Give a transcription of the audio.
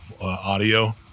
audio